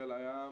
חיל הים,